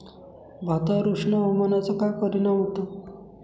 भातावर उष्ण हवामानाचा काय परिणाम होतो?